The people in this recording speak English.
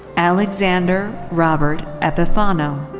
alexander robert epifano.